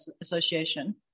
association